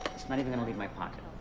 it's not even gonna leave my pocket.